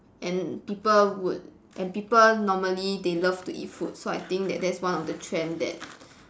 and people would and people normally they love to eat food so I think that that's one of the trend that